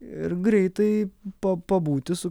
ir greitai pa pabūti su